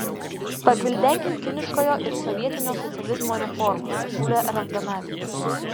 pagvildenkim kiniškojo ir sovietinio socializmo reformas pasiūlė ravdanavičius